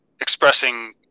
expressing